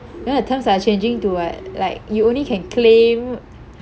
you know the terms are changing to what like you only can claim